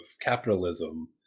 capitalism